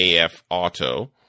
AF-Auto